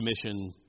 Commission